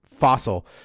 Fossil